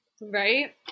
Right